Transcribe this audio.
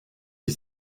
qui